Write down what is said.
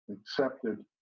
accepted